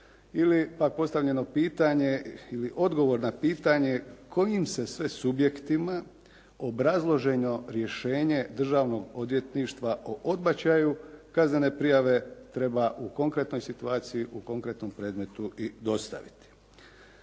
ili pak postavljeno pitanje ili odgovor na pitanje kojim se sve subjektima obrazloženo rješenje državnog odvjetništva o odbačaju kaznene prijave treba u konkretnoj situaciji u konkretnom predmetu i dostaviti.